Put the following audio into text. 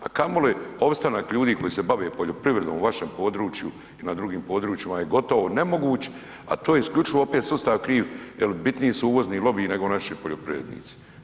A kamoli opstanak ljudi koji se bave poljoprivredom u vašem području i na drugim područjima je gotovo nemoguć, a to je isključivo opet sustav kriv jer bitniji su uvozni lobiji nego naši poljoprivrednici.